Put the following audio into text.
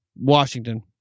Washington